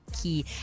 key